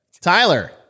Tyler